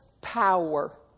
power